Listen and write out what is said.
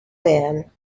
then